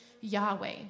Yahweh